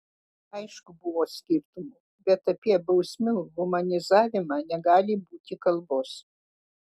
aišku buvo skirtumų bet apie bausmių humanizavimą negali būti kalbos